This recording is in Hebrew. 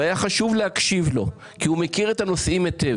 היה חשוב להקשיב לו כי הוא מכיר היטב